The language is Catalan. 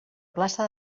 plaça